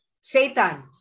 Satan